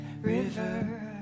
river